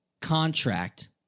contract